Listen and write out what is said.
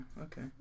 okay